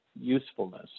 usefulness